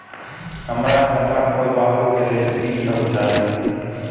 हमरा खाता खोलावे के लेल की सब चाही?